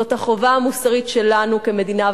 זאת החובה המוסרית שלנו כמדינה,